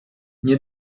nie